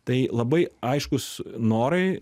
tai labai aiškūs norai